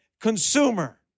consumer